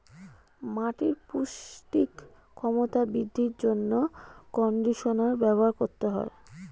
মাটির পৌষ্টিক ক্ষমতা বৃদ্ধির জন্য কন্ডিশনার ব্যবহার করতে হয়